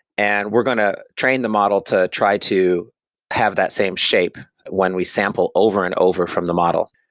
and we're going to train the model to try to have that same shape when we sample over and over from the model.